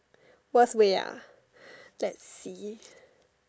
worst way ah let's see